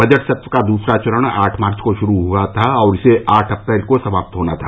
budget सत्र का दूसरा चरण आठ मार्च को शुरू हुआ था और इसे आठ अप्रैल को समाप्त होना था